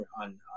on